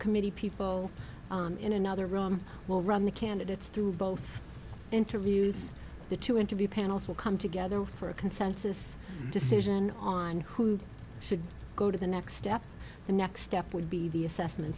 committee people in another room will run the candidates through both interviews the two interview panels will come together for a consensus decision on who should go to the next step the next step would be the assessment